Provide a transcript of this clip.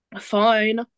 Fine